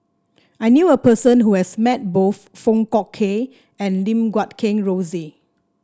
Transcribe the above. I knew a person who has met both Foong Fook Kay and Lim Guat Kheng Rosie